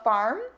Farm